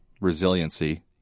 resiliency